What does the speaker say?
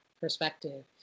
perspective